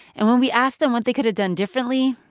and when we asked them what they could have done differently,